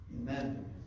Amen